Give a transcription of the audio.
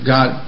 God